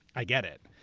i get it.